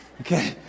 okay